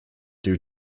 due